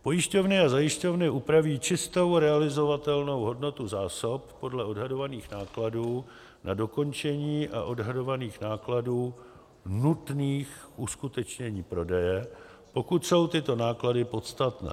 Pojišťovny a zajišťovny upraví čistou realizovatelnou hodnotu zásob podle odhadovaných nákladů na dokončení a odhadovaných nákladů nutných k uskutečnění prodeje, pokud jsou tyto náklady podstatné.